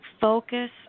focus